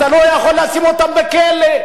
אתה לא יכול לשים אותם בכלא.